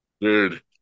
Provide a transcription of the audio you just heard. Dude